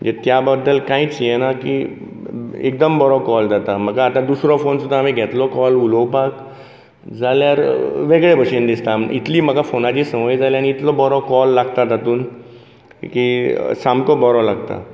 हे त्या बद्दल कांयच हे ना की एकदम बरो कॉल जाता म्हाका आतां दुसरो फोन सुद्दां हांवें घेतलो कॉल उलोवपाक वेगळे भशेन दिसता आनी इतली म्हाका फोनाची संवय जाल्या आनी इतलो बरो कॉल लागता तातूंन की सामको बरो लागता